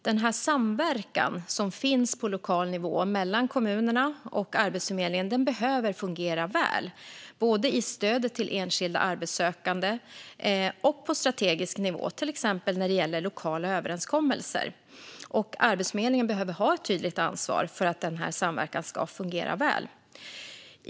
Den samverkan som finns på lokal nivå mellan kommunerna och Arbetsförmedlingen behöver fungera väl, både i stödet till enskilda arbetssökande och på strategisk nivå, till exempel när det gäller lokala överenskommelser. Arbetsförmedlingen behöver ha ett tydligt ansvar för att den här samverkan ska fungera väl.